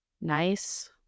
Nice